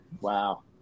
Wow